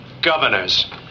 governors